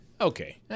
Okay